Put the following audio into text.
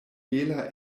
bela